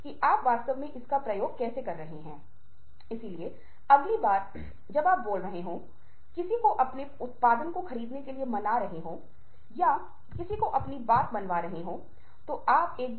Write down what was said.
इसलिए हम बोलने की दिशा में आगे बढ़ रहे हैं लेकिन जाहिर है सुनना और बोलना अलग नहीं किया जा सकता है हालांकि यकीन के लिए आज हम केवल सुनने पर ध्यान केंद्रित कर रहे हैं